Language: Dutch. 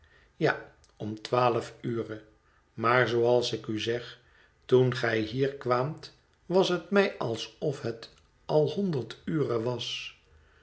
ja om twaalf ure maar zooals ik u zeg toen gij hier kwaamt was het mij alsof het al honderd ure was